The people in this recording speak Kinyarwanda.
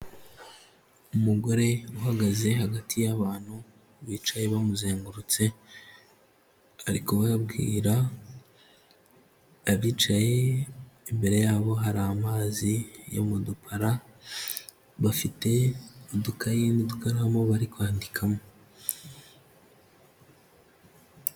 Umugore uhagaze hagati y'abantu bicaye bamuzengurutse, arikubabwira, abicaye imbere yabo hari amazi yo mu dupara, bafite udukayi n'udukaramu bari kwandikamo.